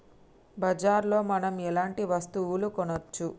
బజార్ లో మనం ఎలాంటి వస్తువులు కొనచ్చు?